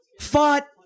fought